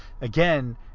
Again